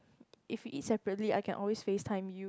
if we eat separately I can always facetime you